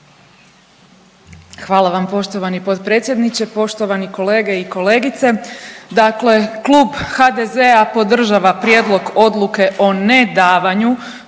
Hvala vam poštovani potpredsjedniče. Poštovani kolege i kolegice, dakle Klub HDZ-a podržava prijedlog odluke o nedavanju